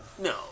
No